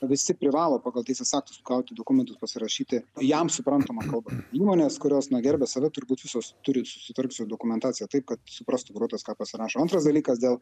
visi privalo pagal teisės aktus gauti dokumentus pasirašyti jam suprantama kalba įmonės kurios na gerbia save turbūt visos turi susitvark su dokumentacija taip kad suprastų vairuotojas ką pasirašo antras dalykas dėl